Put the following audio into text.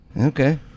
Okay